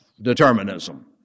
determinism